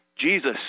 Jesus